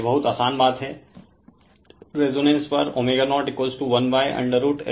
यह बहुत आसान बात हैं तो रेजोनेंस पर ω01√LC हम जानते हैं